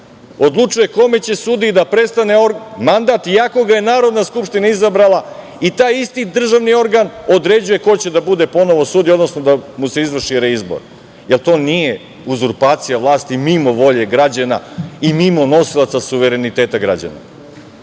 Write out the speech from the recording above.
odlučuje kojem će sudiji da prestane mandat, iako ga je Narodna skupština izabrala, i taj isti državni organ određuje ko će da bude ponovo sudija, odnosno da mu se izvrši reizbor. Jel to nije uzurpacija vlasti mimo volje građana i mimo nosilaca suvereniteta građana?